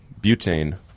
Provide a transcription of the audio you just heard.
butane